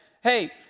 hey